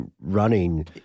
running